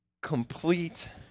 complete